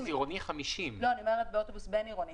באוטובוס עירוני 50. אני אומרת באוטובוס בין-עירוני.